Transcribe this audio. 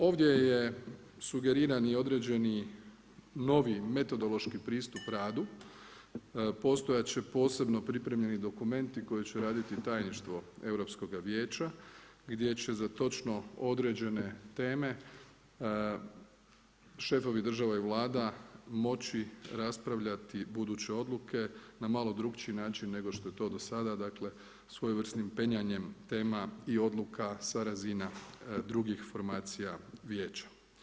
Ovdje je sugeriran i određeni novi metodološki pristup radu, postojati će posebno pripremljeni dokumenti koje će raditi tajništvo Europskoga vijeća gdje će za točno određene teme šefovi država i Vlada moći raspravljati buduće odluke na malo drukčiji način nego što je to do sada, dakle svojevrsnim penjanjem tema i odluka sa razina drugih formacija vijeća.